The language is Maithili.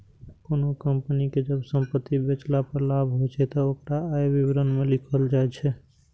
कोनों कंपनी कें जब संपत्ति बेचला पर लाभ होइ छै, ते ओकरा आय विवरण मे लिखल जाइ छै